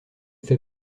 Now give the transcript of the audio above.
fait